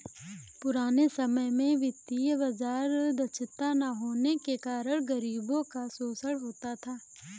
पुराने समय में वित्तीय बाजार दक्षता न होने के कारण गरीबों का शोषण होता था